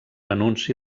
anunci